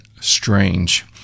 strange